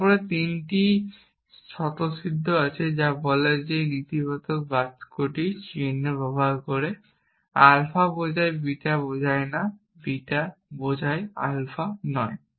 তারপর তিনটি স্বতঃসিদ্ধ আছে যা বলে যে নেতিবাচক চিহ্ন ব্যবহার করে আলফা বোঝায় বিটা বোঝায় না বিটা বোঝায় আলফা নয়